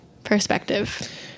perspective